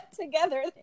together